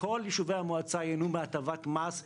כל יישובי המועצה ייהנו מהטבת מס,